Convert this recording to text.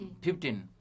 15